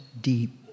Deep